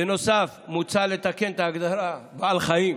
בנוסף מוצע לתקן את ההגדרה "בעל חיים"